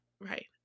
Right